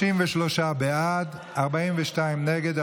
33 בעד, 42 נגד.